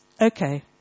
okay